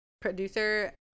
producer